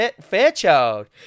Fairchild